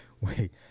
wait